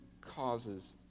causes